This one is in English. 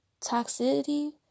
toxicity